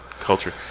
culture